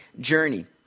journey